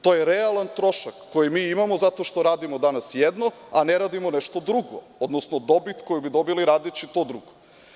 To je realan trošak koji mi imamo jer radimo danas jedno, a ne radimo nešto drugo, odnosno dobit koju bi dobili radeći to drugo.